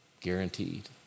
guaranteed